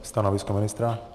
Stanovisko ministra?